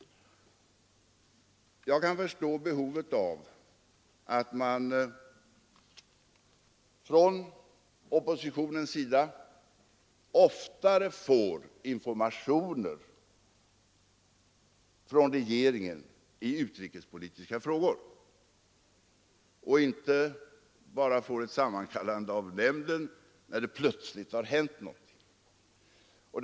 Jag kan förstå att oppositionen har behov av att oftare få informationer från regeringen i utrikespolitiska frågor och att den anser att utrikesnämnden inte skall sammankallas bara när det plötsligt har hänt någonting.